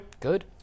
Good